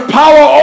power